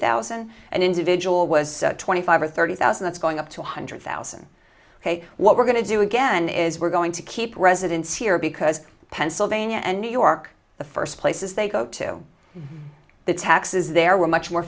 thousand an individual was twenty five or thirty thousand that's going up to one hundred thousand what we're going to do again is we're going to keep residents here because pennsylvania and new york the first places they go to the taxes there were much more